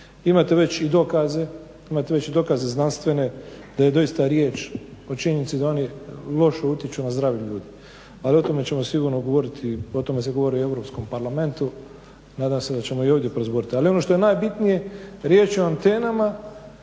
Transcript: Imate već i dokaze, imate već i dokaze znanstvene da je doista riječ o činjenici da oni loše utječu na zdravlje ljudi. Ali o tome ćemo sigurno govoriti, o tome se govori i u Europskom parlamentu. Nadam se da ćemo i ovdje porazgovoriti. Ali ono što je najbitnije riječ je antenama